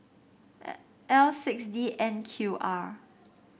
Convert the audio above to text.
L six D N Q R